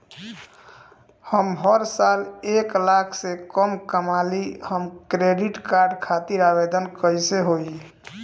हम हर साल एक लाख से कम कमाली हम क्रेडिट कार्ड खातिर आवेदन कैसे होइ?